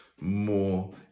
more